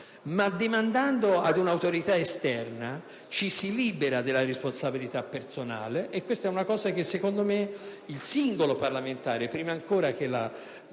problema ad un'autorità esterna, ci si libera della responsabilità personale e questo è un aspetto che, secondo me, il singolo parlamentare, prima che la